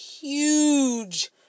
huge